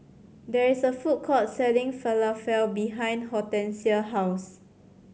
there is a food court selling Falafel behind Hortencia's house